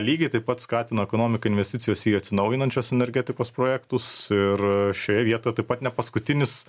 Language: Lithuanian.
lygiai taip pat skatino ekonomiką investicijos į atsinaujinančios energetikos projektus ir šioje vietoje taip pat ne paskutinis